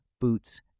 boots